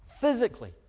physically